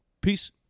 Peace